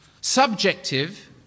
Subjective